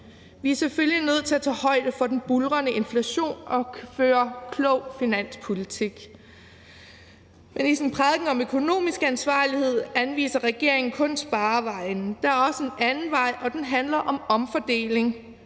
Vi er selvfølgelig nødt til at tage højde for den buldrende inflation og føre klog finanspolitik. Men i sin prædiken om økonomisk ansvarlighed anviser regeringen kun sparevejen. Der er også en anden vej, og den handler om omfordeling.